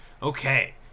okay